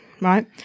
right